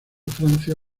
francia